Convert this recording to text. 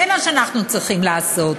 זה מה שאנחנו צריכים לעשות.